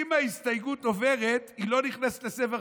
אם ההסתייגות עוברת היא לא נכנסת לספר החוקים.